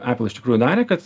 epul iš tikrųjų darė kad